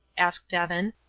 asked evan.